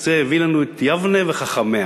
זה הביא לנו את יבנה וחכמיה.